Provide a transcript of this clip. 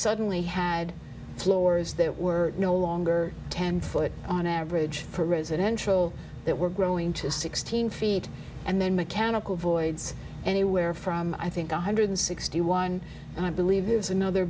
suddenly had floors that were no longer ten foot on average for residential that were growing to sixteen feet and then mechanical voids anywhere from i think one hundred sixty one i believe is another